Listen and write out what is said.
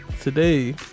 Today